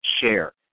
share